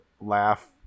laugh